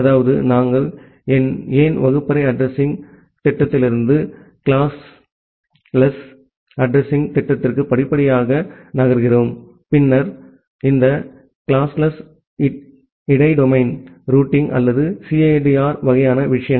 அதாவது நாங்கள் ஏன் classful அட்ரஸிங்த் திட்டத்திலிருந்து classless அட்ரஸிங்த் திட்டத்திற்கு படிப்படியாக நகர்கிறோம் பின்னர் இந்த classless இடை டொமைன் ரூட்டிங் அல்லது சிஐடிஆர் வகையான விஷயங்கள்